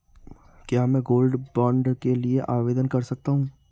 क्या मैं gold bond के लिए आवेदन कर सकता हूं?